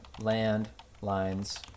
landlines